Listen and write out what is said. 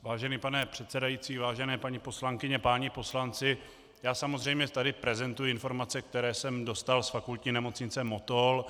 Vážený pane předsedající, vážené paní poslankyně, páni poslanci, já samozřejmě tady prezentuji informace, které jsem dostal z Fakultní nemocnice Motol.